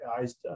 eyes